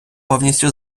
повністю